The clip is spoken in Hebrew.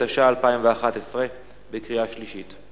התשע"א 2011. חוק המועצה הארצית לביטחון תזונתי,